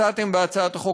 הצעתם בהצעת החוק,